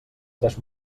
tres